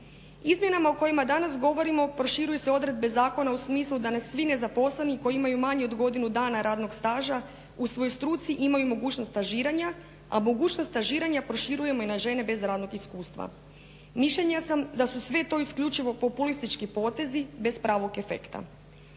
Izmjenama o kojima danas govorimo proširuju se odredbe zakona u smislu da svi nezaposleni koji imaju manje od godinu dana radnog staža u svojoj struci imaju mogućnost stažiranja, a mogućnost stažiranja proširujemo i na žene bez radnog iskustva. Mišljenja sam da su sve to isključivo populistički potezi bez pravog efekta.